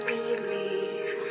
believe